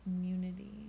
community